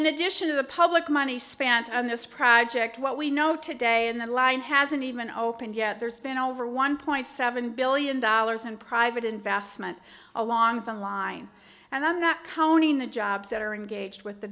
in addition to the public money spent on this project what we know today and the line hasn't even opened yet there's been over one point seven billion dollars in private investment along the line and i'm not counting the jobs that are engaged with the